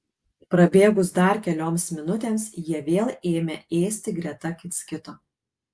prabėgus dar kelioms minutėms jie vėl ėmė ėsti greta kits kito